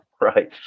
right